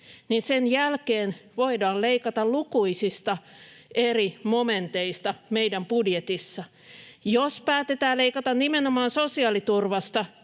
sen jälkeen voidaan leikata lukuisista eri momenteista meidän budjetissamme. Jos päätetään leikata nimenomaan sosiaaliturvasta,